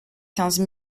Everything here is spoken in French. quinze